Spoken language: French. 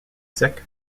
sec